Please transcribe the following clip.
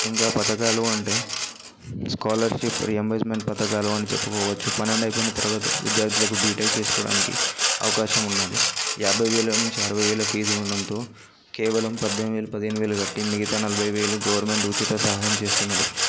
ఇంకా పథకాలు అంటే స్కాలర్షిప్ రియంబర్స్మెంట్ పథకాలు అని చెప్పుకోవచ్చు పన్నెండు అయిపోయిన తరువాత విద్యార్థులకు బీటెక్ చేసుకోడానికి అవకాశం ఉన్నది యాభై వేల నుంచి అరవై వేల ఫీజ్ ఉండడంతో కేవలం పద్దెనిమిది పదిహేను వేలు కట్టి మిగత నలభై వేలు గవర్నమెంట్ ఉచిత సహాయం చేస్తున్నది